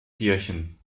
kirchen